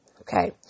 Okay